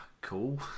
cool